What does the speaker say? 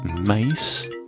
mace